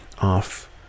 off